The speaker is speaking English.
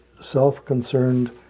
self-concerned